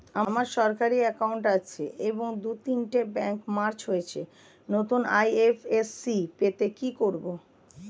আমার সরকারি একাউন্ট আছে এবং দু তিনটে ব্যাংক মার্জ হয়েছে, নতুন আই.এফ.এস.সি পেতে কি করব?